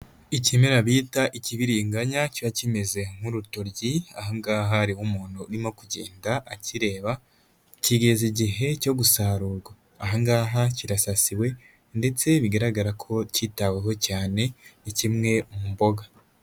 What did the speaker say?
Ikimera bita ikibiringanya kiba kimeze nk'urutoryi, aha ngaha hariho umuntu urimo kugenda akireba, kigeze igihe cyo gusarurwa, aha ngaha kirasasiwe ndetse bigaragara ko cyitaweho cyane, ni kimwe mu mboga.